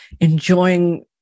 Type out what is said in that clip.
enjoying